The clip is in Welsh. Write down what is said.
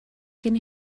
cyn